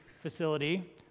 facility